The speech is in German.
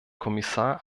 kommissar